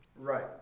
Right